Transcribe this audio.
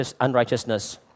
unrighteousness